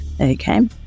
Okay